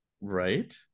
right